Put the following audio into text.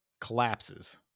collapses